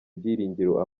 byiringiro